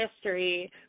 history